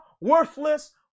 worthless